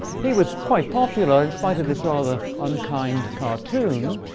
he was quite popular in spite of this rather unkind cartoon.